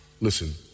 listen